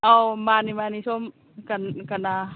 ꯑꯧ ꯃꯥꯅꯤ ꯃꯥꯅꯤ ꯁꯣꯝ ꯀꯅꯥ